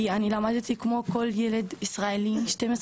כי אני למדתי כמו כל ילד ישראלי, 12 שנים,